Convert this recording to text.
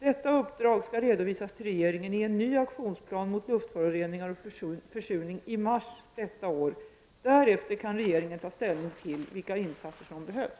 Detta uppdrag skall redovisas till regeringen i en ny aktionsplan mot luftföroreningar och försurning i mars detta år. Därefter kan regeringen ta ställning till vilka insatser som behövs.